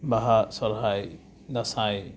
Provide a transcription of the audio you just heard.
ᱵᱟᱦᱟ ᱥᱚᱨᱦᱟᱭ ᱫᱟᱸᱥᱟᱭ